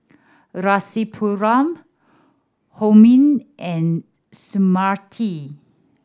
Rasipuram Homi and Smriti